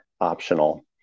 optional